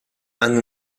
hanno